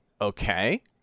Okay